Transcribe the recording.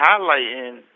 highlighting